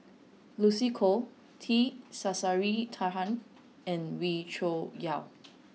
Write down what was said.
Lucy Koh T Sasitharan and Wee Cho Yaw